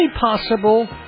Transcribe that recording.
possible